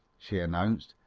she announced,